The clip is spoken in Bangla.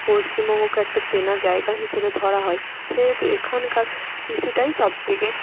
পশ্চিমবঙ্গকে একটা চেনা জায়গা হিসেবে ধরা হয় সেহেতু এখানকার কৃষিটাই সবথেকে